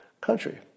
country